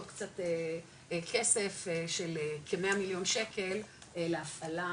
עוד קצת כסף של כ-100 מיליון שקל להפעלה